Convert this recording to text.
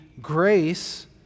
grace